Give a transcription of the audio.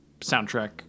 soundtrack